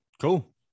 Cool